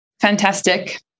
Fantastic